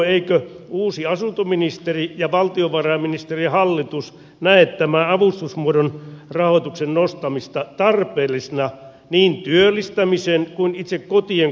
eivätkö uusi asuntoministeri ja valtiovarainministeri ja hallitus näe tämän avustusmuodon rahoituksen nostamista tarpeellisena niin työllistämisen kuin itse kotien kunnostamisen kannalta